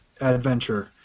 Adventure